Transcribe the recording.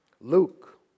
Luke